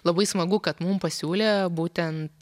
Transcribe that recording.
labai smagu kad mum pasiūlė būtent